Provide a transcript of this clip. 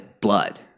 blood